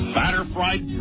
batter-fried